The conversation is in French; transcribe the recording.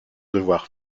devoir